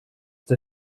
der